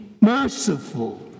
merciful